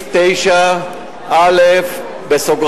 לסעיף 9(א)(11)